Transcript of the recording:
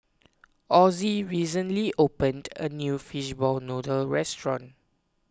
Osie recently opened a new Fishball Noodle restaurant